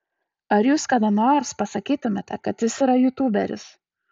ar jūs kada nors pasakytumėte kad jis yra jūtūberis